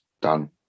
done